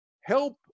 help